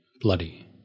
Bloody